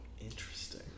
Interesting